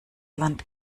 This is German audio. land